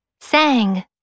sang